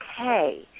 okay